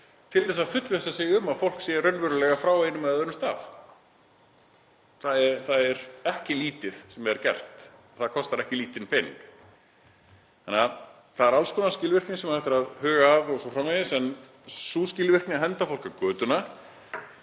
til að fullvissa sig um að fólk sé raunverulega frá einum eða öðrum stað. Það er ekki lítið sem er gert og það kostar ekki lítinn pening. Þannig að það er alls konar skilvirkni sem hægt er að huga að o.s.frv. en sú skilvirkni að henda fólki á götuna